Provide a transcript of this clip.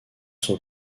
son